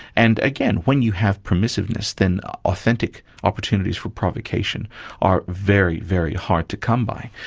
and again, when you have permissiveness, then authentic opportunities for provocation are very, very hard to come by.